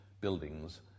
buildings